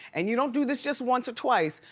and you don't do this just once or twice,